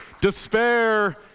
Despair